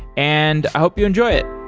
and i hope you enjoy it